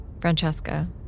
Francesca